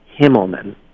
Himmelman